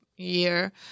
year